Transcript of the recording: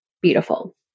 beautiful